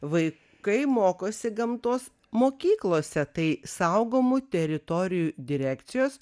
vaikai mokosi gamtos mokyklose tai saugomų teritorijų direkcijos